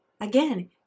Again